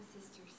sisters